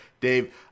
Dave